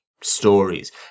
stories